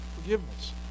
forgiveness